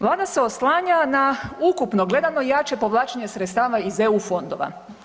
Vlada se oslanja na ukupno gledano jače povlačenje sredstava iz EU fondova.